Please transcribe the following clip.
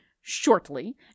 shortly